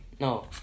No